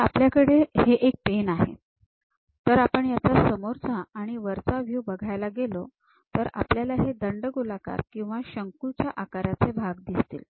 तर आपल्याकडे हे एक पेन आहे तर आपण याचा समोरचा आणि वरचा व्हयू बघायला गेलो तर आपल्याला हे दंडगोलाकार किंवा शंकू च्या आकाराचे भाग दिसतील